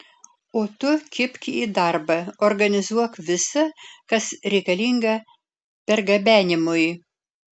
o tu kibk į darbą organizuok visa kas reikalinga pergabenimui